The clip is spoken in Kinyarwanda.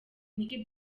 nick